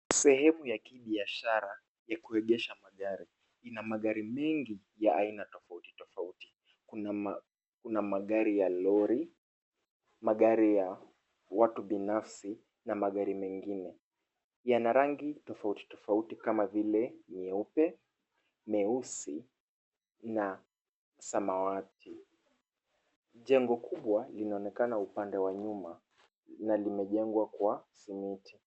Sehemu ya kibiashara ya kuegesha magari, ina magari mengi ya aina tofauti tofauti. Kuna magari ya lori, magari ya watu binafsi na magari mengine. Yana rangi tofauti tofauti kama vile nyeupe, meusi na samawati. Jengo kubwa linaonekana upande wa nyuma na limejengwa kwa simiti.